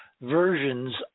versions